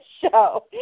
show